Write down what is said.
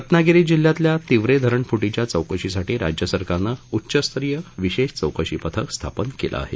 रत्नागिरी जिल्ह्यातल्या तिवरे धरण फुटीच्या चौकशीसाठी राज्य सरकारनं उच्चस्तरीय विशेष चौकशी पथक स्थापन केलं आहे